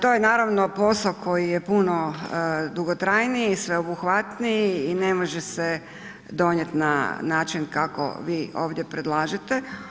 To je naravno posao koji je puno dugotrajniji i sveobuhvatniji i ne može se donijet na način kako vi ovdje predlažete.